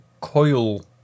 coil